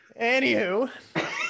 Anywho